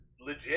legit